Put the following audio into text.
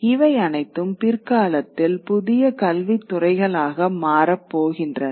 இவை அனைத்தும் பிற்காலத்தில் புதிய கல்வித் துறைகளாக மாறப் போகின்றன